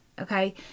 okay